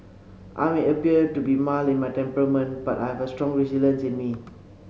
I may appear to be mild in my temperament but I have a strong resilience in me